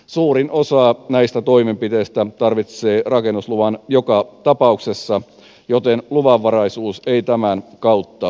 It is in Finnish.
suurin osa näistä toimenpiteistä tarvitsee rakennusluvan joka tapauksessa joten luvanvaraisuus ei tämän kautta laajene